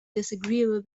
disagreeable